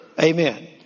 Amen